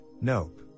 nope